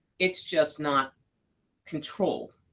it's just not controlled.